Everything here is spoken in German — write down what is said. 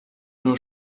nur